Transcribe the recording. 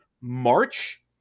March